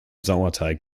sauerteig